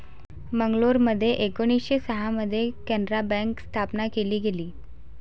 मंगलोरमध्ये एकोणीसशे सहा मध्ये कॅनारा बँक स्थापन केली गेली